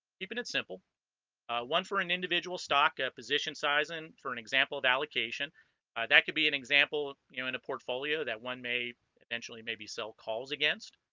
keeping it simple one for an individual stock ah position sizing for an example of allocation that could be an example you know in a portfolio that one may eventually maybe sell calls against